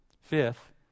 Fifth